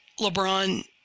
LeBron